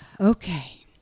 Okay